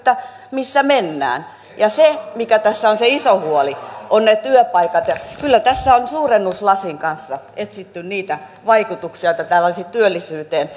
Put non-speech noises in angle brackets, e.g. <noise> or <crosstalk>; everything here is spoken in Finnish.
missä mennään se mikä tässä on se iso huoli on ne työpaikat ja kyllä tässä on suurennuslasin kanssa etsitty niitä vaikutuksia joita tällä olisi työllisyyteen <unintelligible>